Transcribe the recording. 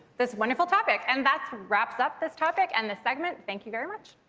this wonderful topic. and that wraps up this topic and this segment. thank you very much.